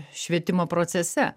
švietimo procese